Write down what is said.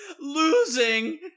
Losing